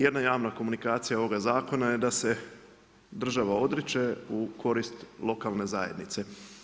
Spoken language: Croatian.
Jedna javna komunikacija ovoga zakona je da se država odriče u korist lokalne zajednice.